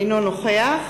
אינו נוכח